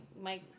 Mike